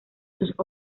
sus